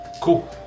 Cool